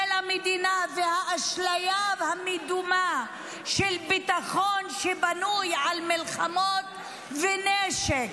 המדינה והאשליה המדומה של ביטחון שבנוי על מלחמות ונשק,